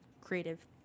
creative